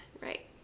Right